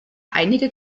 einige